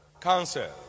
cancer